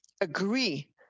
agree